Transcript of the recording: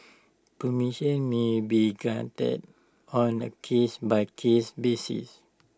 permission may be granted on A case by case basis